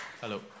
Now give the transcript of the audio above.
Hello